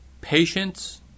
patience